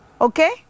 Okay